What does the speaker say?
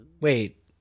Wait